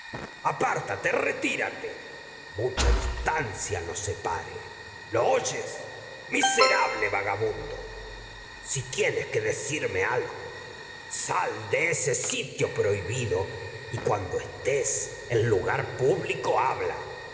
extranjero apártate retírate mucha distancia nos separe lo oyes misera ble vagabundo si tienes que decirme algo sal de ese en sitio prohibido y pero cuando estés lugar público habla